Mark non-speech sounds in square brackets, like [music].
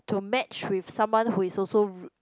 to match with someone who is also [breath]